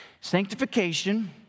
Sanctification